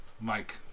Mike